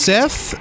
Seth